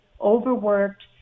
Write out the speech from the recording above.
overworked